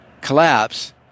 collapse